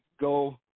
go –